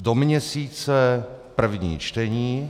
Do měsíce první čtení.